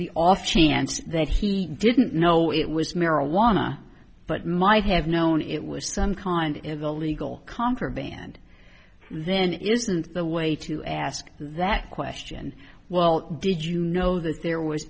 the off chance that he didn't know it was marijuana but might have known it was some kind of illegal contraband then isn't the way to ask that question well did you know that there was